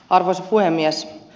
arvoisa puhemies